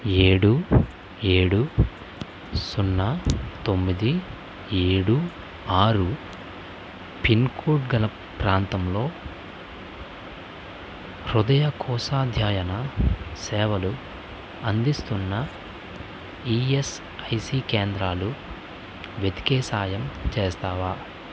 ఏడు ఏడు సున్నా తొమ్మిది ఏడు ఆరు పిన్ కోడ్ గల ప్రాంతంలో హృదయకోశాధ్యాయన సేవలు అందిస్తున్న ఈఎస్ఐసి కేంద్రాలు వెతికే సాయం చేస్తావా